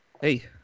Hey